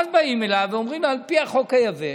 ואז באים אליו ואומרים לו: על פי החוק היבש,